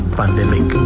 pandemic